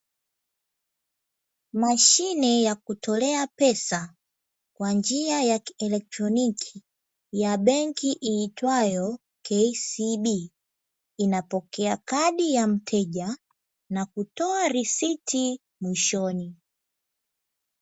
Mashine ya kutolea pesa kwa njia ya kielektroniki ya benki iitwayo "KCB", inapokea kadi ya mteja na kutoa risiti mwishoni.